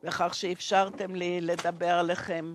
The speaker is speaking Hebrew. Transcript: בכך שאפשרתם לי לדבר אליכם.